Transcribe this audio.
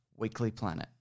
weeklyplanet